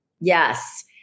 Yes